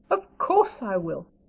of course i will.